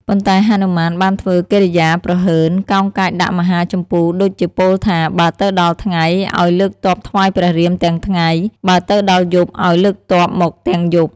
ប៉ុន្តែហនុមានបានធ្វើកិរិយាព្រហើន កោងកាចដាក់មហាជម្ពូដូចជាពោលថា បើទៅដល់ថ្ងៃ ឱ្យលើកទ័ពថ្វាយព្រះរាមទាំងថ្ងៃ បើទៅដល់យប់អោយលើកទ័ពមកទាំងយប់។